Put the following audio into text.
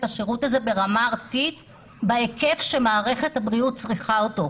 השירות הזה ברמה ארצית בהיקף שמערכת הבריאות צריכה אותו.